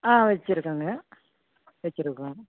ஆ வச்சுருக்கங்க வச்சுருக்கோம்